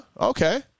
okay